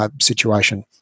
Situation